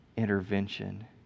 intervention